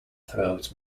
throats